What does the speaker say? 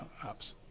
apps